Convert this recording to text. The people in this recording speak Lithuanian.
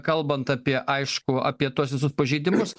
kalbant apie aišku apie tuos visus pažeidimus